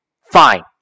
fine